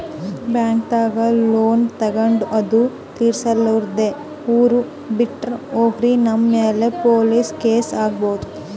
ಬ್ಯಾಂಕ್ದಾಗ್ ಲೋನ್ ತಗೊಂಡ್ ಅದು ತಿರ್ಸಲಾರ್ದೆ ಊರ್ ಬಿಟ್ಟ್ ಹೋದ್ರ ನಮ್ ಮ್ಯಾಲ್ ಪೊಲೀಸ್ ಕೇಸ್ ಆಗ್ಬಹುದ್